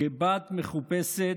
כבת מחופשת,